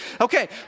okay